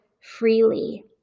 freely